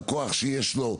הכוח שיש לו,